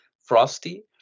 frosty